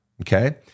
okay